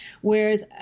Whereas